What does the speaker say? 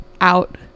out